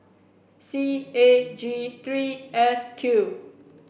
C A G three S Q